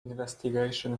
investigation